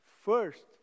First